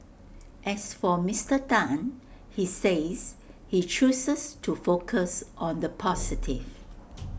as for Mister Tan he says he chooses to focus on the positive